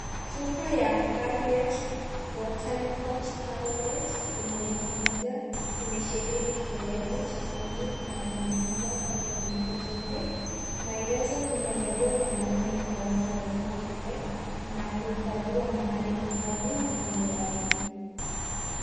Chupa ya Harriet Botanicals Arrowet yenye lita moja imesheheni kioevu chekundu na kimefungwa kwa kifuniko cheupe. Maelezo kwenye lebo yanaonya ni kwa watu wa zima pekee na huifadhiwa mahali pakavu na kwenye baridi.